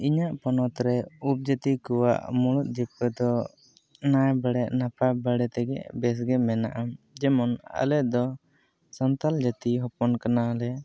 ᱤᱧᱟᱹᱜ ᱯᱚᱱᱢᱚᱛᱨᱮ ᱩᱯᱡᱟᱹᱛᱤ ᱠᱚᱣᱟᱜ ᱢᱩᱲᱩᱫ ᱡᱤᱵᱽᱠᱟᱹ ᱫᱚ ᱱᱟᱭ ᱵᱟᱲᱮ ᱱᱟᱯᱟᱭ ᱵᱟᱲᱮᱛᱮᱜᱮ ᱵᱮᱥᱜᱮ ᱢᱮᱱᱟᱜᱼᱟ ᱡᱮᱢᱚᱱ ᱟᱞᱮ ᱫᱚ ᱥᱟᱱᱛᱟᱲ ᱡᱟᱹᱛᱤ ᱦᱚᱯᱚᱱᱠᱟᱱᱟᱞᱮ